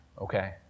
okay